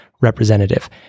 representative